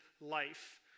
life